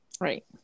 Right